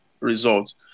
results